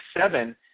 seven